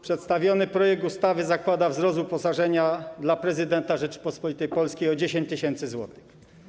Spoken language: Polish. Przedstawiony projekt ustawy zakłada wzrost uposażenia dla prezydenta Rzeczypospolitej Polskiej o 10 tys. zł.